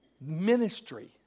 ministry